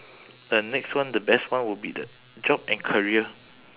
the next one the best one would be the job and career